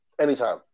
Anytime